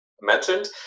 mentioned